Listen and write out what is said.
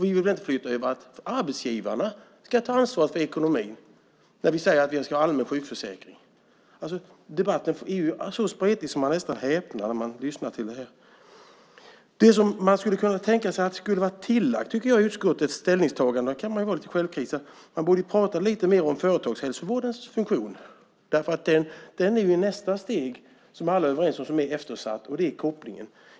Vi vill väl inte flytta över så att arbetsgivarna ska ta ansvar för ekonomin när vi säger att vi ska ha allmän sjukförsäkring? Debatten är så spretig att man nästan häpnar när man lyssnar till den. Det man skulle kunna tänka sig hade varit tillagt till utskottets ställningstagande - man kan vara lite självkritisk här - är att man borde prata lite mer om företagshälsovårdens funktion, därför att den är nästa steg som är eftersatt, vilket alla är överens om, och det är kopplingen här.